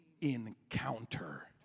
encounter